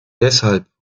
deshalb